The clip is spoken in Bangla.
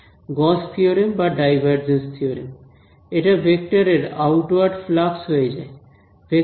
গস্ থিওরেম Gauss's theorem বা ডাইভারজেন্স থিওরেম এটা ভেক্টরের আউটওয়ার্ড ফ্লাক্স হয়ে যায়